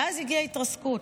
ואז הגיעה ההתרסקות.